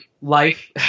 life